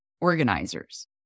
organizers